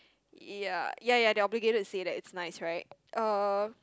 ya ya ya they are obligated to say that it's nice right uh